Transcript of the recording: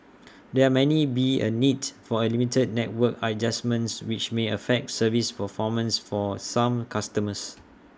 there many be A needs for limited network adjustments which may affect service performance for some customers